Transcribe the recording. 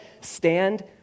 stand